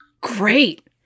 Great